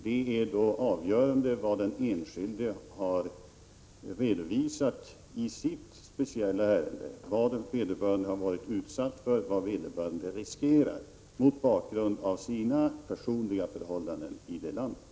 Det avgörande är vad den enskilde har redovisat i sitt speciella ärende: vad vederbörande har varit utsatt för, vad vederbörande riskerar mot bakgrund av sina personliga förhållanden i landet.